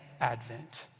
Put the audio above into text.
advent